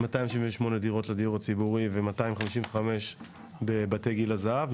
278 דירות לדיור הציבור ו-255 דירות לגיל הזהב.